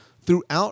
throughout